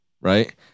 right